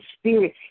spirit